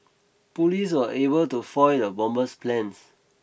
police were able to foil the bomber's plans